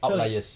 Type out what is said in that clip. I thought the